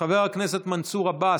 חבר הכנסת מנסור עבאס,